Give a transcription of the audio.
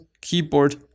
keyboard